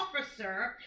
officer